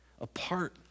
apart